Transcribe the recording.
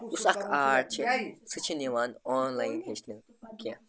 یُس اَکھ آرٹ چھُ سُہ چھِنہٕ یِوان آن لاین ہیٚچھنہٕ کینٛہہ